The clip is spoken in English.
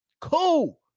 Cool